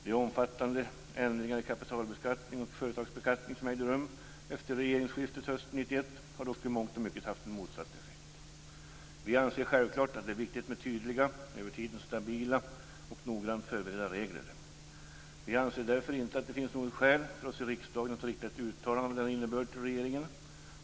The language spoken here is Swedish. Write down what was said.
De omfattande ändringar i kapitalbeskattning och företagsbeskattning som ägde rum efter regeringsskiftet hösten 1991 har dock i mångt och mycket haft en motsatt effekt. Vi anser självklart att det är viktigt med tydliga, över tiden stabila och noggrant förberedda regler. Vi anser därför inte att det finns något skäl för oss i riksdagen att rikta ett uttalande med denna innebörd till regeringen.